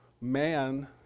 man